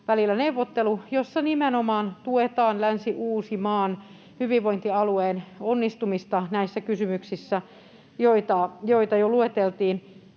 välillä neuvottelu, jossa nimenomaan tuetaan Länsi-Uusimaan hyvinvointialueen onnistumista näissä kysymyksissä, joita jo lueteltiin.